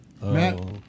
Matt